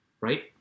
right